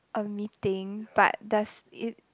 a meeting but does it